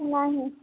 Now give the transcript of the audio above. नहि